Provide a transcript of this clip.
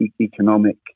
economic